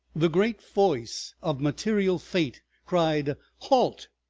the great voice of material fate cried halt!